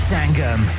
Sangam